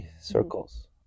circles